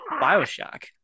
Bioshock